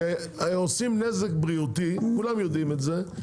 שעושים נזק בריאותי כולם יודעים את זה,